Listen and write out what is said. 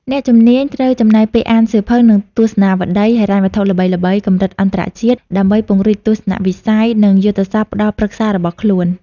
អ្នកជំនាញត្រូវចំណាយពេលអានសៀវភៅ និងទស្សនាវដ្ដីហិរញ្ញវត្ថុល្បីៗកម្រិតអន្តរជាតិ ដើម្បីពង្រីកទស្សនវិស័យ និងយុទ្ធសាស្ត្រផ្ដល់ប្រឹក្សារបស់ខ្លួន។